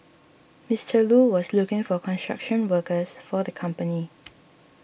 Mister Lu was looking for construction workers for the company